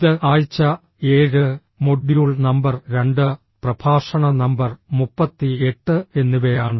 ഇത് ആഴ്ച 7 module number 2 പ്രഭാഷണ നമ്പർ 38 എന്നിവയാണ്